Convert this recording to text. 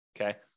okay